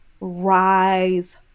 rise